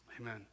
Amen